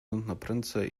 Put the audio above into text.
naprędce